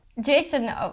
Jason